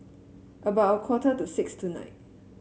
about a quarter to six tonight